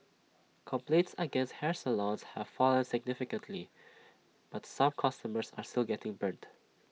complaints against hair salons have fallen significantly but some customers are still getting burnt